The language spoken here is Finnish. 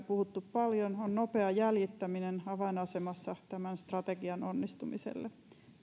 puhuttu paljon on nopea jäljittäminen avainasemassa tämän strategian onnistumisessa